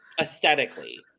aesthetically